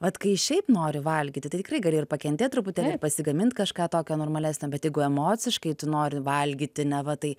vat kai šiaip nori valgyti tai tikrai gali ir pakentėt truputėlį pasigamint kažką tokio normalesnio bet jeigu emociškai tu nori valgyti neva tai